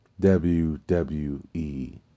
WWE